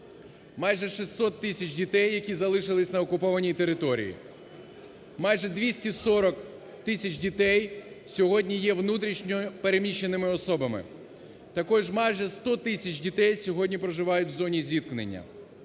Майже 600 тисяч дітей, які залишилися на окупованій території, майже 240 тисяч дітей сьогодні є внутрішньо переміщеними особами, також майже 100 тисяч дітей сьогодні проживають в зоні зіткнення.